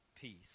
peace